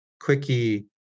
quickie